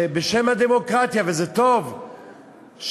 ש"בשם הדמוקרטיה" וזה טוב,